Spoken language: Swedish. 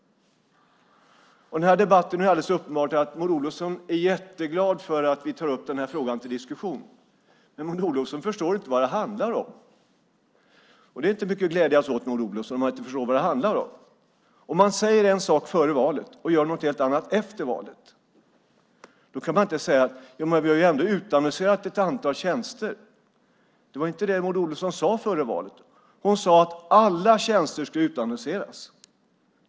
I den här debatten är det alldeles uppenbart att Maud Olofsson är jätteglad för att vi tar upp den här frågan till diskussion. Men Maud Olofsson förstår inte vad det handlar om. Och det är inte mycket att glädjas åt, Maud Olofsson, om man inte förstår vad det handlar om. Om man säger en sak före valet och gör något helt annat efter valet kan man inte säga: Men vi har ändå utannonserat ett antal tjänster. Det var inte det som Maud Olofsson sade före valet. Hon sade att alla tjänster skulle utannonseras.